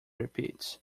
repeats